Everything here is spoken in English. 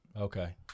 Okay